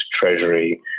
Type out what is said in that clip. treasury